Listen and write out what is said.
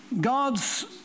God's